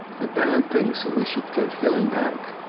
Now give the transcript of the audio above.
the band thinks that we should get gillan back,